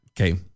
Okay